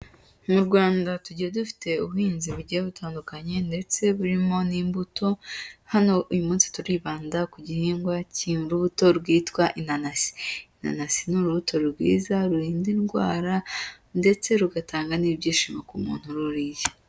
Mu Rwanda tugiye dufite ubuhinzi bugiye butandukanye ndetse burimo n'imbuto, hano uyu munsi turibanda ku gihingwa cy'imbuto rwitwa inanasi, inanasi ni urubuto rwiza rurinda indwara ndetse rugatanga n'ibyishimo ku muntu ururiye.